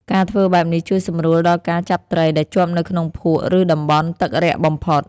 ការធ្វើបែបនេះជួយសម្រួលដល់ការចាប់ត្រីដែលជាប់នៅក្នុងភក់ឬតំបន់ទឹករាក់បំផុត។